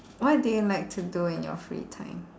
what do you like to do in your free time